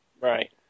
Right